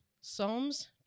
Psalms